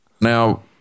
Now